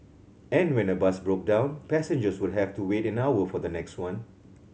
and when a bus broke down passengers would have to wait an hour for the next one